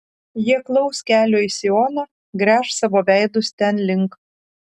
jie klaus kelio į sioną gręš savo veidus ten link